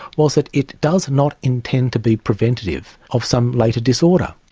was that it does not intend to be preventative of some later disorder.